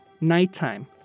Nighttime